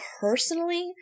personally